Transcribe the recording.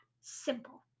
simple